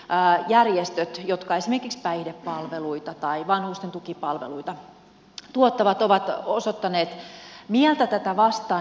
järjestöt jotka esimerkiksi päihdepalveluita tai vanhusten tukipalveluita tuottavat ovat osoittaneet mieltä tätä vastaan